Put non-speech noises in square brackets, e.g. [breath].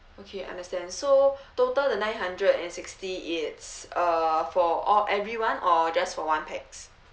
okay understand so [breath] total the nine hundred and sixty is uh for all everyone or just for one pax